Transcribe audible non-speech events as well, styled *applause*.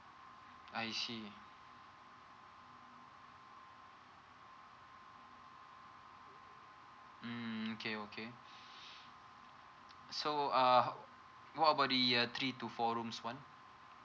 I see um okay okay *breath* so uh what about the uh three to four rooms ones